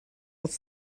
aus